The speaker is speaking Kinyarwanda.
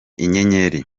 inyenyeri